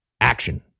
action